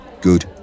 good